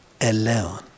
alone